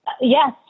Yes